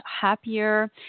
happier